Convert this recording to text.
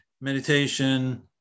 meditation